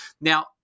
Now